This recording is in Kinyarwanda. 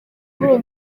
buri